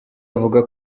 avuga